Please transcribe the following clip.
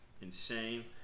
insane